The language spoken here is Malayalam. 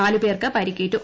നാല് പേർക്ക് പരിക്കേറ്റു